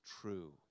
true